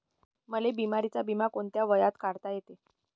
मले बिमारीचा बिमा कोंत्या वयात काढता येते?